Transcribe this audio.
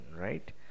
right